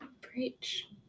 Preach